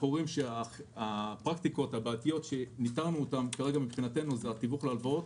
אנחנו רואים שהפרקטיקות הבעייתיות שניטרנו הן תיווך להלוואות,